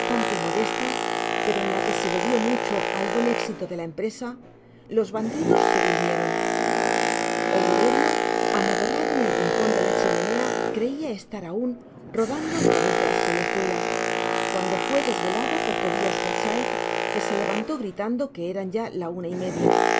modesta pero en la que se bebió mucho al buen éxito de la empresa lo bandidos se durmieron oliverio amodorrado en el rincon de la chimenea creia eslar aun rodando al través de las callejuelas cuando fué desvelado por tobias crachit que so levantó gritando que eran ya la una y media